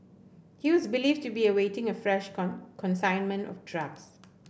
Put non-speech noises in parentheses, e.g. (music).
he was believed to be awaiting a fresh (unintelligible) consignment of drugs